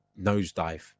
nosedive